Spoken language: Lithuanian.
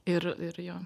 ir ir jo